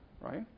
right